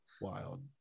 Wild